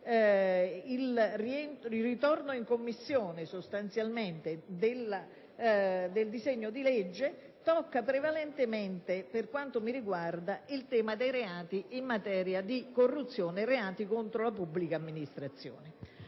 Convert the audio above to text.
il ritorno in Commissione del disegno di legge e che tocca prevalentemente, per quanto mi riguarda, il tema dei reati in materia di corruzione e dei reati contro la pubblica amministrazione.